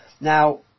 Now